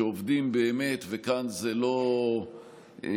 שעובדים באמת וכאן זאת לא סיסמה,